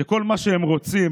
שכל מה שהם רוצים